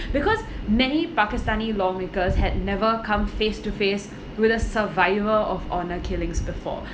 because many pakistani lawmakers had never come face to face with a survivor of honor killings before